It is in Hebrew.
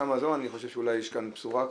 אני חושב שאולי יש כאן בשורה.